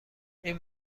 این